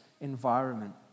environment